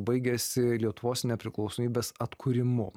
baigiasi lietuvos nepriklausomybės atkūrimu